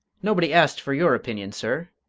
nobody asked for your opinion, sir!